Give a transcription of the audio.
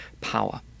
power